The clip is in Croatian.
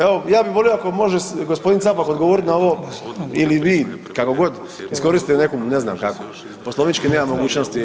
Evo ja bih volio ako može gospodin Capak odgovoriti na ovo ili vi kako god iskoristite neku ne znam kako, poslovnički nema mogućnosti.